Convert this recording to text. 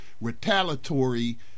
retaliatory